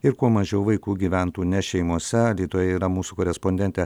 ir kuo mažiau vaikų gyventų ne šeimose alytuje yra mūsų korespondentė